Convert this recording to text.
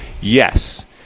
yes